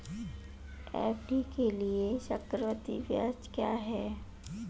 FD के लिए चक्रवृद्धि ब्याज क्या है?